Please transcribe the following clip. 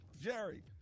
Jerry